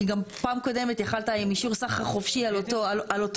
כי גם פעם קודמת יכולת עם אישור סחר חופשי על אותו עניין.